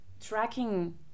Tracking